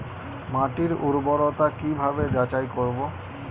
মাটির উর্বরতা কি ভাবে যাচাই করব?